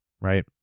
right